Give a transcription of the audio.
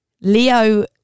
Leo